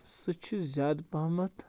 سُہ چھُ زیادٕ پہمَتھ